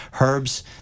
herbs